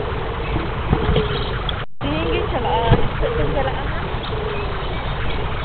ᱛᱮᱦᱤᱧ ᱜᱤᱧ ᱪᱟᱞᱟᱜᱼᱟ ᱟᱹᱭᱩᱵ ᱥᱮᱫ ᱛᱤᱧ ᱪᱟᱞᱟᱜᱼᱟ ᱱᱟᱦᱟᱜ